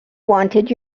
wanted